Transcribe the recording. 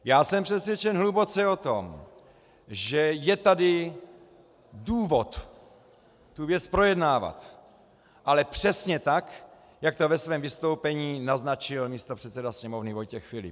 Já jsem přesvědčen hluboce o tom, že je tady důvod tu věc projednávat, ale přesně tak, jak to ve svém vystoupení naznačil místopředseda Sněmovny Vojtěch Filip.